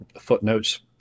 footnotes